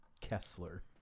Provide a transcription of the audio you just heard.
Kessler